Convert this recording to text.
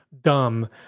dumb